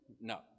No